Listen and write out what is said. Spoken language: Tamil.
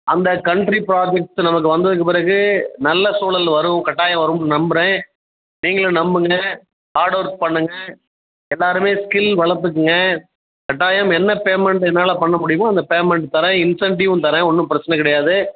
அந்த கன்ட்ரி ப்ராஜெக்ட்ஸு நமக்கு வந்ததுக்கு பிறகு நல்ல சூழல் வரும் கட்டாயம் வரும்னு நம்புகிறேன் நீங்களும் நம்புங்கள் ஹார்டு ஒர்க் பண்ணுங்கள் எல்லோருமே ஸ்கில் வளர்த்துக்கங்க கட்டாயம் என்ன பேமண்ட் என்னால் பண்ண முடியுமோ அந்த பேமண்ட் தர்றேன் இன்சென்டிவ்வும் தர்றேன் ஒன்றும் பிரச்சனை கிடையாது